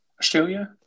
Australia